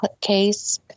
case